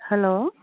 hello